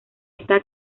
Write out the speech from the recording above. está